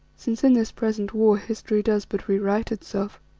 since in this present war history does but rewrite itself.